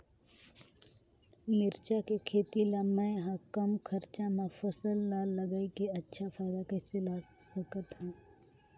मिरचा के खेती ला मै ह कम खरचा मा फसल ला लगई के अच्छा फायदा कइसे ला सकथव?